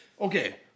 Okay